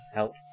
Help